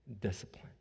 discipline